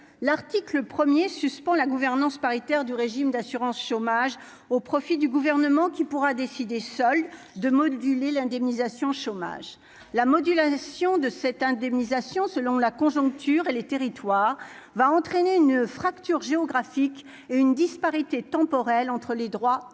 l'article 1er suspend la gouvernance paritaire du régime d'assurance chômage au profit du gouvernement qui pourra décider seul de moduler l'indemnisation chômage, la modulation de cette indemnisation selon la conjoncture et les territoires va entraîner une fracture géographique et une disparité temporel entre les droits au chômage